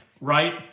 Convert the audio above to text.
right